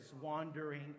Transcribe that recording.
wandering